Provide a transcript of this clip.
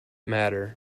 matter